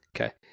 Okay